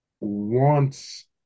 wants